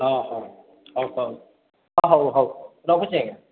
ହଁ ହଉ ହଉ ହଉ ହଉ ହଉ ରଖୁଛି ଆଜ୍ଞା